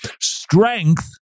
strength